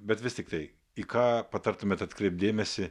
bet vis tiktai į ką patartumėt atkreipt dėmesį